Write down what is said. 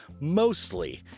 mostly